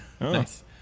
Nice